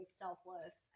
selfless